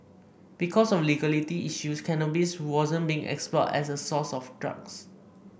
because of legality issues cannabis wasn't being explored as a source for drugs